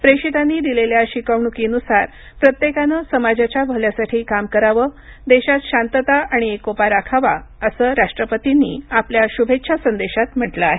प्रेषितांनी दिलेल्या शिकवणुकीनसार प्रत्येकानं समाजाच्या भल्यासाठी काम करावं देशात शांतता आणि एकोपा राखावा असं राष्ट्रपतींनी आपल्या शुभेच्छा संदेशात म्हटलं आहे